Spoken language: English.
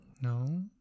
No